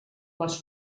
les